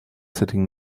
sitting